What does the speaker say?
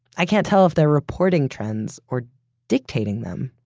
i can't tell if they're reporting trends, or dictating them.